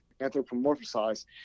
anthropomorphize